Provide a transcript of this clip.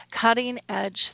cutting-edge